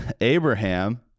Abraham